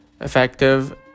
effective